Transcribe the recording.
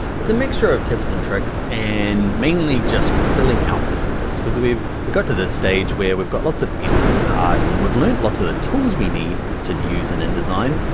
it's a mixture of tips and tricks and mainly just filling out this course. because we've we've got to this stage where we've got lots of empty parts and we've learned lots of the tools we need to use in indesign.